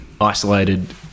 isolated